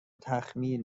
تخمیر